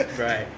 right